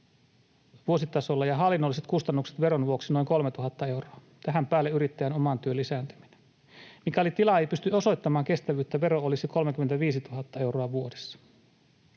vuositasolla ja hallinnolliset kustannukset veron vuoksi noin 3 000 euroa. Tähän päälle tulee yrittäjän oman työn lisääntyminen. Mikäli tila ei pysty osoittamaan kestävyyttä, vero olisi 35 000 euroa vuodessa.